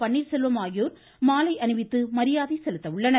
பன்னீர்செல்வம் ஆகியோர் மாலை அணிவித்து மரியாதை செலுத்த உள்ளனர்